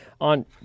on